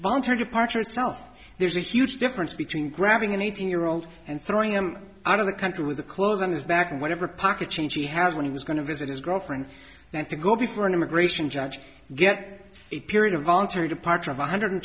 voluntary departure itself there's a huge difference between grabbing one thousand year old and throwing him out of the country with the clothes on his back and whatever pocket change he has when he was going to visit his girlfriend then to go before an immigration judge get a period of voluntary departure of one hundred